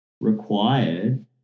required